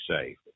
safe